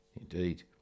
Indeed